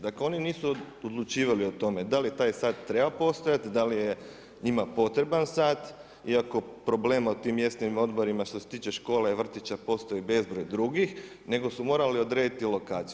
Dakle oni nisu odlučivali o tome, da li taj sat treba postojati, da li je njima potreban sat, iako problema u tim mjesnim odborima što se tiče škole i vrtića postoji bezbroj drugih nego su morali odrediti lokaciju.